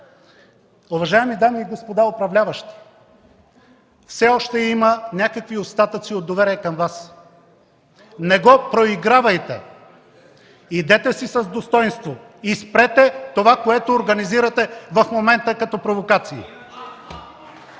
Уважаеми дами и господа управляващи, все още има някакви остатъци от доверие към Вас. Не го проигравайте. Идете си с достойнство и спрете това, което организирате в момента като провокации.